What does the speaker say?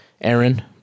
Aaron